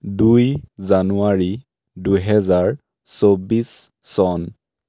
দুই জানুৱাৰী দুহেজাৰ চৌবিছ চন